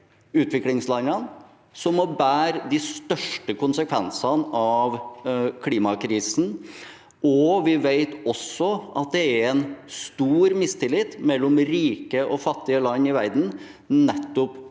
utviklingslandene som må bære de største konsekvensene av klimakrisen, og vi vet også at det er stor mistillit mellom rike og fattige land i verden, nettopp på